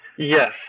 Yes